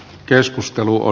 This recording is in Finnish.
keskustelua